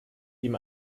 ihm